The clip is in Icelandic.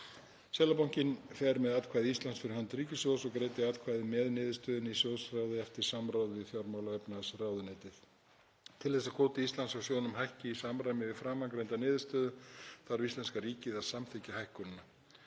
Seðlabankinn fer með atkvæði Íslands fyrir hönd ríkissjóðs og greiddi atkvæði með niðurstöðunni í sjóðsráði eftir samráð við fjármála- og efnahagsráðuneytið. Til þess að kvóti Íslands hjá sjóðnum hækki í samræmi við framangreinda niðurstöðu þarf íslenska ríkið að samþykkja hækkunina.